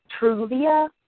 Truvia